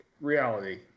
reality